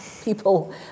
People